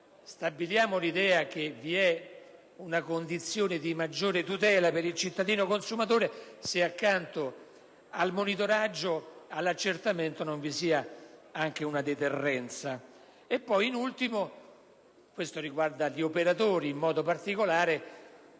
stabiliamo l'idea che vi è una condizione di maggior tutela per il cittadino consumatore se accanto al monitoraggio e all'accertamento non vi sia anche una deterrenza.